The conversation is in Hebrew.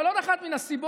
אבל עוד אחת מהסיבות,